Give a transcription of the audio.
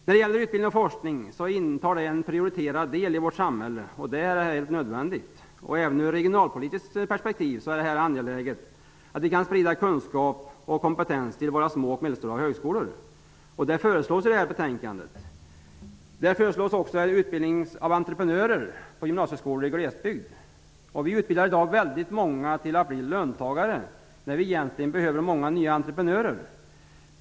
Utbildning och forskning intar en prioriterad del i vårt samhälle. Det är helt nödvändigt. Även ur regionalpolitiskt perspektiv är det angeläget att sprida kunskap och kompetens till våra små och medelstora högskolor. Det föreslås i betänkandet. Det finns även förslag på utbildning till entreprenörer på gymnasieskolor i glesbygden. Vi utbildar i dag många att bli löntagare när vi egentligen behöver många nya entreprenörer.